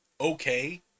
okay